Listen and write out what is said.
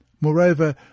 Moreover